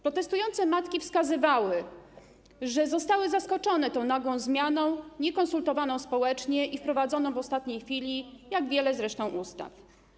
Protestujące matki wskazywały, że zostały zaskoczone tą nagłą zmianą, zmianą niekonsultowaną społecznie i wprowadzoną w ostatniej chwili, jak zresztą wiele ustaw.